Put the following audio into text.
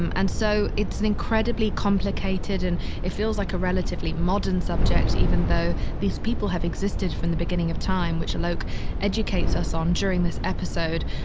and and so it's incredibly complicated and it feels like a relatively modern subject, even though these people have existed from the beginning of time, which alok educates us on during this episode.